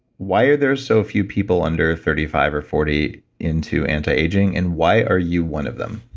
why are there so few people under thirty five or forty into anti-aging, and why are you one of them?